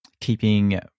keeping